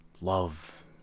love